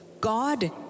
God